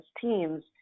teams